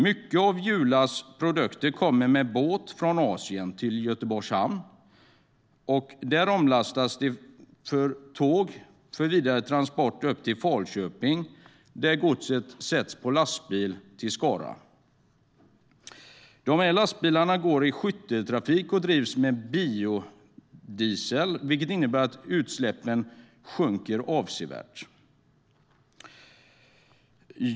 Många av Julas produkter kommer med båt från Asien till Göteborgs hamn. Där lastas det om till tåg för vidare transport till Falköping, där godset sätts på lastbil till Skara. Lastbilarna går i skytteltrafik och drivs med biodiesel, vilket innebär att utsläppen sjunker avsevärt.